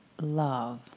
love